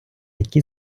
які